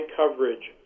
coverage